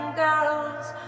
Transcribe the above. girls